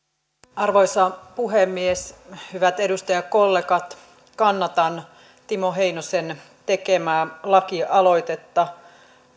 arvoisa puhemies hyvät edustajakollegat kannatan timo heinosen tekemää lakialoitetta